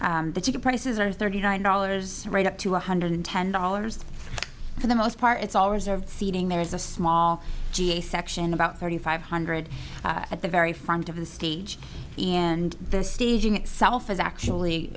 well the ticket prices are thirty nine dollars right up to one hundred ten dollars for the most part it's all reserved seating there is a small ga section about thirty five hundred at the very front of the stage and the staging itself is actually